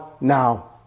now